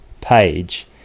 page